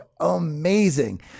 amazing